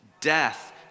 Death